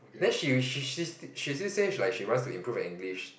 then she she she she just say like she wants to improve her English